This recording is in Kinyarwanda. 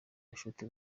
ubucuti